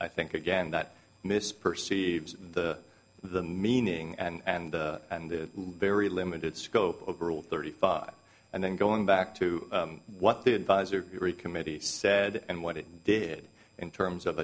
think again that misperceives the the meaning and and the very limited scope of rule thirty five and then going back to what the advisory committee said and what it did in terms of